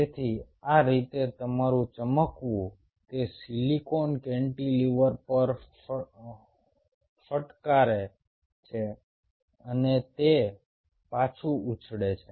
તેથી આ રીતે તમારું ચમકવું તે સિલિકોન કેન્ટિલીવર પર ફટકારે છે અને તે પાછું ઉછળે છે